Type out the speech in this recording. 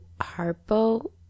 Harpo